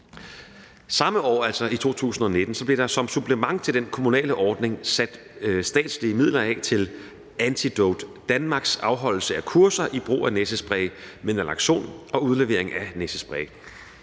Samme år, altså i 2019, blev der som supplement til den kommunale ordning sat statslige midler af til Antidote Danmarks afholdelse af kurser i brug af næsespray med naloxon og